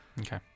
Okay